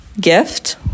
gift